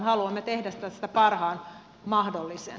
haluamme tehdä tästä parhaan mahdollisen